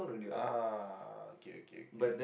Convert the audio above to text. ah okay okay okay